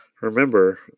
Remember